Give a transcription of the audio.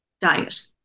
diet